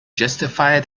justify